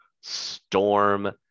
storm